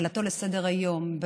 בהעלאתו לסדר-היום,